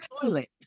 toilet